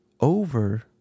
Over